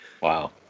Wow